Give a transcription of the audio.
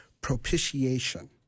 propitiation